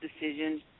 decision